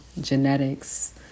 genetics